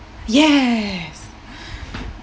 yes